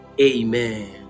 amen